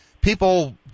people